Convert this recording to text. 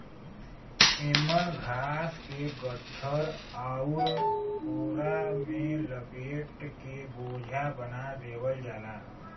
एमन घास के गट्ठर आउर पोरा में लपेट के बोझा बना देवल जाला